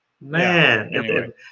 man